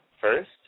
first